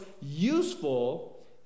useful